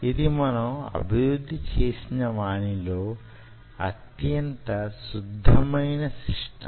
ఇది మనం అభివృద్ధి చేసిన వానిలో అత్యంత శుద్ధమైన సిస్టమ్